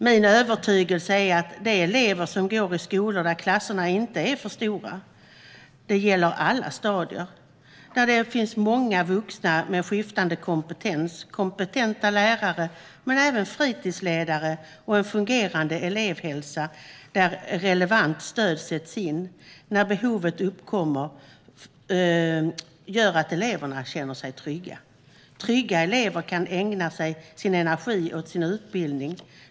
Min övertygelse är att elever känner sig trygga i skolor där klasserna inte är för stora - det gäller alla stadier -, där det finns många vuxna med skiftande kompetens och kompetenta lärare men även fritidsledare och där det finns en fungerande elevhälsa där relevant stöd sätts in när behovet uppkommer. Trygga elever kan ägna sin energi åt sin utbildning.